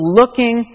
looking